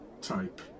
type